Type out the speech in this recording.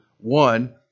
one